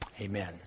amen